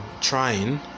trying